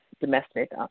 domestic